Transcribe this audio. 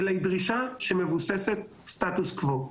אלא היא דרישה שמבוססת סטטוס קוו.